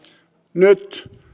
nyt